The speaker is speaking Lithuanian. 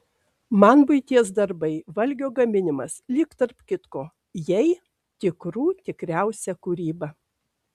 man buities darbai valgio gaminimas lyg tarp kitko jai tikrų tikriausia kūryba